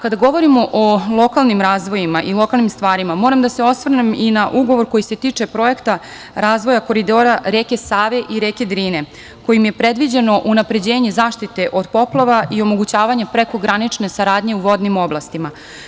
Kada govorimo o lokalnim razvojima i lokalnim stvarima, moram da se osvrnem i na ugovor koji se tiče projekta razvoja koridora reke Save i reke Drine, kojim je predviđeno unapređenje zaštite od poplava i omogućavanje prekogranične saradnje u vodnim oblastima.